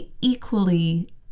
equally